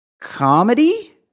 comedy